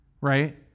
right